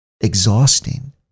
exhausting